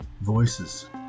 voices